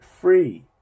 free